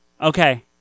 Okay